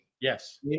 Yes